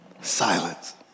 silence